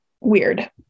Weird